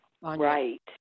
right